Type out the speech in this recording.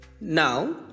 now